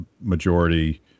majority